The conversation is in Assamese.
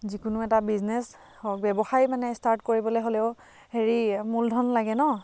যিকোনো এটা বিজনেছ ব্যৱসায় মানে ষ্টাৰ্ট কৰিবলৈ হ'লেও হেৰি মূলধন লাগে ন